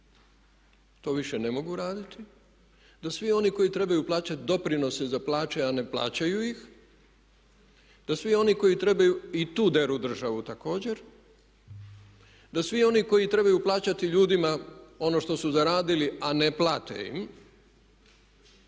to više ne mogu raditi, da svi oni koji trebaju plaćati doprinose za plaće, a ne plaćaju ih, da svi oni koji trebaju i tu deru državu također, da svi oni koji trebaju plaćati ljudima ono što su zaradili, a ne plate im,